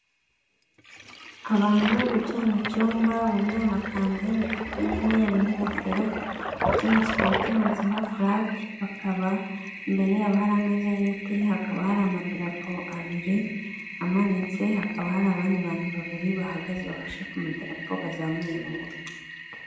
Abantu bicaye mu cyumba bambaye amakanzu y'imituku n'imyeru n'ingofero, icyo cyumba kikaba kimanitsemo furati bakaba imbere yabo hari ameza y'ibiti, hakaba hari amadirapo abiri amanitse. Hakaba hari abandi bantu babiri bahagaze bafashe ku madarapo bazamuye amaboko.